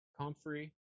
comfrey